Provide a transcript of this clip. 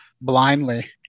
blindly